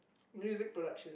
music production